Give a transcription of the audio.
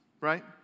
right